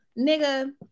nigga